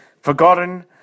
forgotten